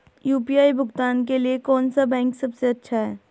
UPI भुगतान के लिए कौन सा बैंक सबसे अच्छा है?